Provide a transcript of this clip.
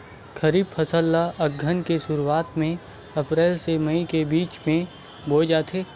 खरीफ फसल ला अघ्घन के शुरुआत में, अप्रेल से मई के बिच में बोए जाथे